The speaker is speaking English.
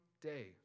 day